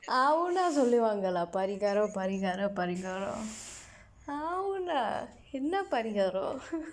ஆவுன்னா சொல்லுவாங்களா பரிகாரம் பரிகாரம் பரிகாரம் ஆவுன்னா என்ன பரிகாரம்:aavunnaa solluvaangkalaa parikaaram parikaaram parikaaram aavunnaa enna parikaaram